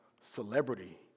celebrity